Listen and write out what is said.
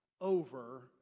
over